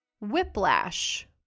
Whiplash